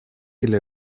или